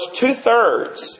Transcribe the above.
two-thirds